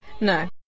No